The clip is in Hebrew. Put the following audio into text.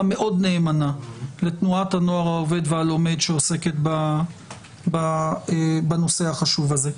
מאוד נאמנה לתנועת הנוער העובד והלומד שעוסקת בנושא החשוב הזה.